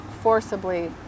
forcibly